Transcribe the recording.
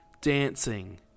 dancing